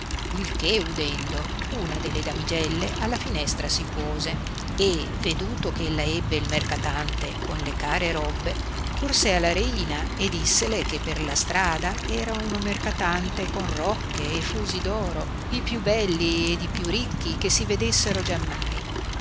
il che udendo una delle damigelle alla finestra si puose e veduto ch'ella ebbe il mercatante con le care robbe corse alla reina e dissele che per la strada era uno mercatante con rocche e fusi d'oro i più belli ed i più ricchi che si vedessero giammai la